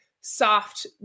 soft